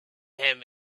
him